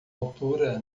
altura